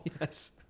Yes